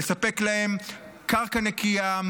לספק להם קרקע נקייה,